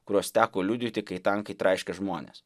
kuriuos teko liudyti kai tankai traiškė žmones